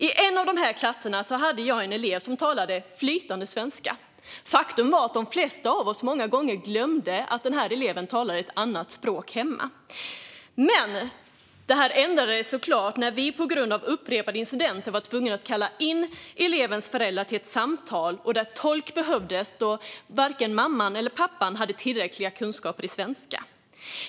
I en av klasserna hade jag en elev som talade flytande svenska. Faktum var att de flesta av oss många gånger glömde att den här eleven talade ett annat språk hemma. Det ändrades när vi från skolans sida på grund av upprepade incidenter var tvungna att kalla elevens föräldrar till ett samtal där det visade sig behövas tolk eftersom varken mamman eller pappan hade tillräckliga kunskaper i svenska.